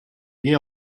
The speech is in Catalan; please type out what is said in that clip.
hagué